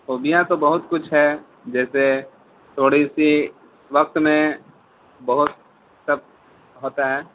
خوبیاں تو بہت کچھ ہے جیسے تھوڑی سی وقت میں بہت سب ہوتا ہے